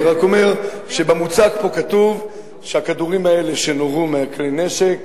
אני רק אומר שבמוצג פה כתוב שהכדורים האלה שנורו מכלי-הנשק